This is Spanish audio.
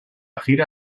gira